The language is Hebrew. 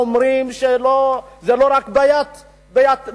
אנחנו אומרים שזו לא רק בעייתנו,